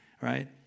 right